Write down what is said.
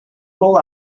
roll